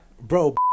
Bro